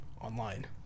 online